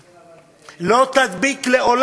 כן, אבל, לא תדביק לעולם.